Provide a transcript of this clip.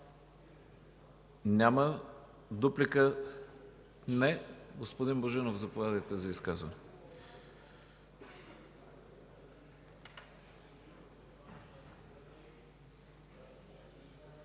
Няма. Дуплика? Не. Господин Божинов, заповядайте за изказване.